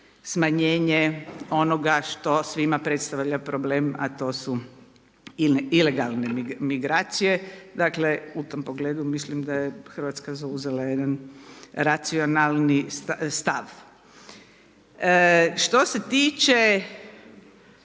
smanjenje onoga što svima predstavlja problem a to su ilegalne migracije. Dakle, u tom pogledu mislim da je Hrvatska zauzela jedan racionalni stav. Što se tiče